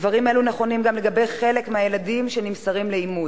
דברים אלו נכונים גם לגבי חלק מהילדים שנמסרים לאימוץ.